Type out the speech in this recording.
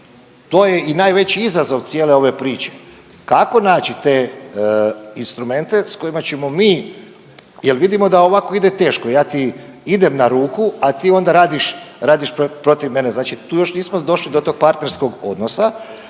to je i najveći izazov cijele ove priče kako naći te instrumente s kojima ćemo mi jel vidimo da ovako ide teško. Ja ti idem na ruku, a ti onda radiš protiv mene, znači tu još nismo došli do tog partnerskog odnosa,